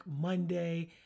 Monday